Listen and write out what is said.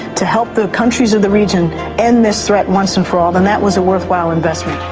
to help the countries of the region end this threat once and for all, then that was a worthwhile investment.